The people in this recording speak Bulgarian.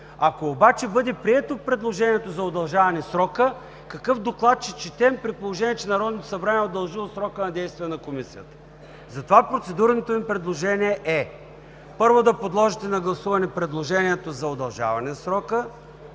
Ако обаче бъде прието предложението за удължаване срока, какъв доклад ще четем при положение, че Народното събрание е удължило срока на действие на Комисията? Затова процедурното ми предложение е, първо, да подложите на гласуване предложението за удължаване срока